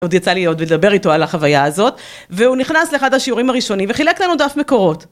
עוד יצא לי עוד לדבר איתו על החוויה הזאת והוא נכנס לאחד השיעורים הראשונים וחילק לנו דף מקורות.